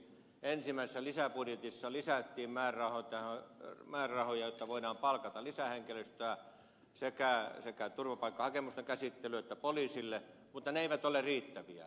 ensimmäisessä lisäbudjetissa lisättiin määrärahoja jotta voidaan palkata lisähenkilöstöä sekä turvapaikkahakemusten käsittelyyn että poliisille mutta ne eivät ole riittäviä